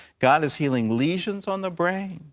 god is healing lesions on the brain.